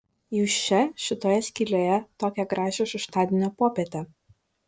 jūs čia šitoje skylėje tokią gražią šeštadienio popietę